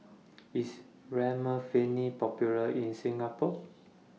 IS Remifemin Popular in Singapore